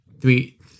three